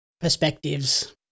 perspectives